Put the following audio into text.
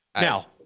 Now